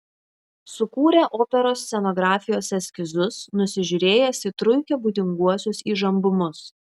sukūrė operos scenografijos eskizus nusižiūrėjęs į truikio būdinguosius įžambumus